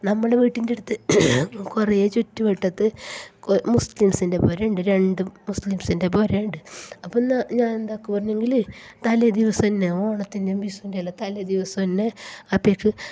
നമ്മുടെ വീട്ടിന്റെ അടുത്ത് കുറെ ചുറ്റുവട്ടത്ത് മുസ്ലീംസിന്റെ പൊര ഉണ്ട് രണ്ടു മുസ്ലീംസിന്റെ പൊര ഉണ്ട് അപ്പോൾ ഞാന് എന്താക്കുമായിരുന്നു തലേ ദിവസം തന്നെ ഓണത്തിന്റേയും വിഷുവിന്റേയും തലേ ദിവസം തന്നെ അപ്പേക്ക്